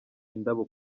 indabo